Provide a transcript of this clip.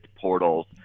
portals